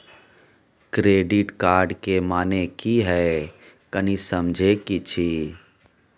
Credit card के माने की हैं, कनी समझे कि छि?